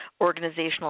organizational